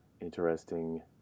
interesting